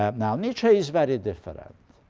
ah now nietzsche is very different.